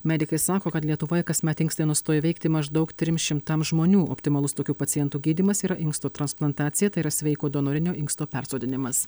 medikai sako kad lietuvoje kasmet inkstai nustoja veikti maždaug trims šimtams žmonių optimalus tokių pacientų gydymas yra inkstų transplantacija tai yra sveiko donorinio inksto persodinimas